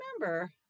remember